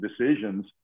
decisions